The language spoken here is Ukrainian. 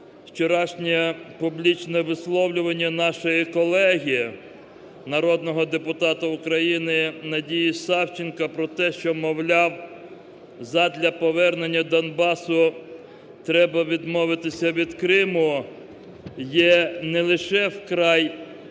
Вчорашнє публічне висловлювання нашої колеги народного депутата України Надії Савченко про те, що, мовляв, задля повернення Донбасу треба відмовитися від Криму є не лише вкрай